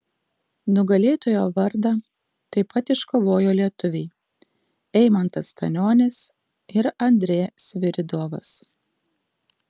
nugalėtojo vardą taip pat iškovojo lietuviai eimantas stanionis ir andrė sviridovas